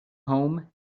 home